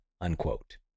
unquote